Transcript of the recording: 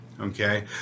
Okay